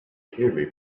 clearly